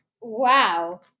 Wow